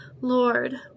Lord